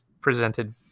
presented